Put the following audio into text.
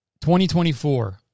2024